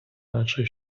наче